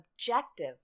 objective